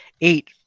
eight